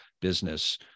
business